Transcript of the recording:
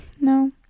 no